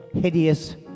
hideous